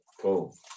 cool